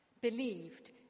believed